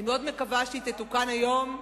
אני מאוד מקווה שהיא תתוקן היום.